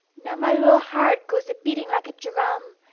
now my little heart goes a beating like a drum,